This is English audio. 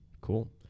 cool